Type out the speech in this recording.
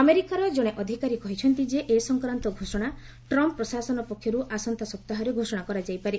ଆମେରିକାର ଜଣେ ଅଧିକାରୀ କହିଛନ୍ତି ଯେ ଏ ସଂକ୍ରାନ୍ତ ଘୋଷଣା ଟ୍ରମ୍ପ ପ୍ରଶାସନ ପକ୍ଷରୁ ଆସନ୍ତା ସପ୍ତାହରେ ଘୋଷଣା କରାଯାଇପାରେ